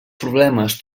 problemes